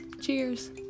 cheers